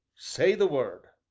say the word,